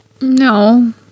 No